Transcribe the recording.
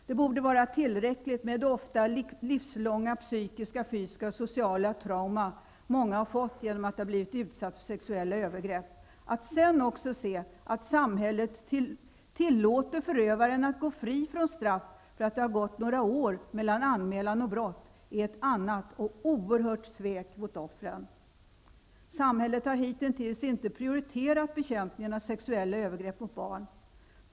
Det borde vara tillräckligt med det ofta livslånga psykiska, fysiska och sociala trauma många fått genom att ha blivit utsatta för sexuella övergrepp. Att sedan också se att samhället tillåter förövaren att gå fri från straff, för att det gått några år mellan brottet och anmälan, är ett oerhört svek mot offren. Samhället har hitintills inte prioriterat bekämpningen av sexuella övergrepp av barn.